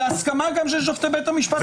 בהסכמה גם של שופטי בית המשפט העליון.